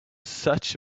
such